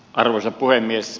arvoisa puhemies